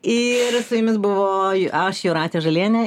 ir su jumis buvo aš jūratė žalienė ir